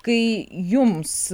kai jums